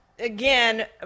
Again